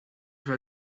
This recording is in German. war